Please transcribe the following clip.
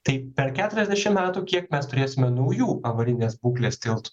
tai per keturiasdešim metų kiek mes turėsime naujų avarinės būklės tiltų